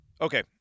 Okay